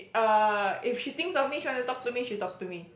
err if she thinks of me she want to talk to me she talk to me